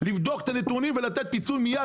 לבדוק את הנתונים ולתת פיצוי מיד,